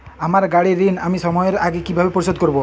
আমার গাড়ির ঋণ আমি সময়ের আগে কিভাবে পরিশোধ করবো?